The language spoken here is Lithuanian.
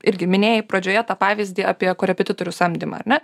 irgi minėjai pradžioje tą pavyzdį apie korepetitorių samdymą ar ne